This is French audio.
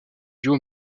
duos